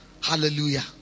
Hallelujah